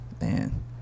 man